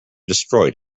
destroyed